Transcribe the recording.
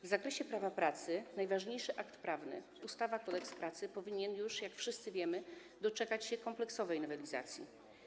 W zakresie prawa pracy najważniejszy akt prawny, ustawa Kodeks pracy, powinien już, jak wszyscy wiemy, doczekać się kompleksowej nowelizacji.